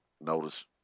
notice